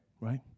Right